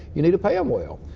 you need to pay them well.